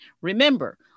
Remember